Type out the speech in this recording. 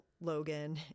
logan